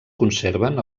conserven